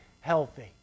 healthy